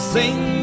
Sing